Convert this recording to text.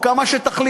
או כמה שתחליט,